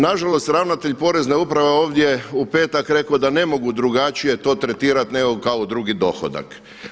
Nažalost ravnatelj porezne uprave ovdje u petak je rekao da ne mogu drugačije to tretirati nego kao drugi dohodak.